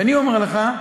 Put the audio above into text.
ואני אומר לך,